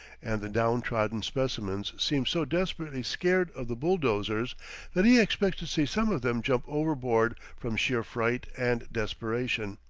and the downtrodden specimens seem so desperately scared of the bulldozers that he expects to see some of them jump overboard from sheer fright and desperation.